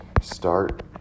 start